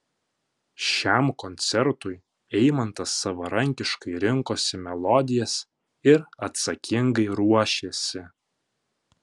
šiam koncertui eimantas savarankiškai rinkosi melodijas ir atsakingai ruošėsi